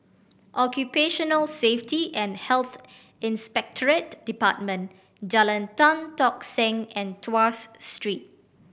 Occupational Safety and Health Inspectorate Department Jalan Tan Tock Seng and Tuas Street